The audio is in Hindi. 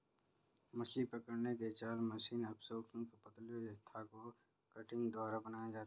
मछली पकड़ने के जाल मेशेस अपेक्षाकृत पतले धागे कंटिंग द्वारा बनाये जाते है